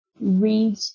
read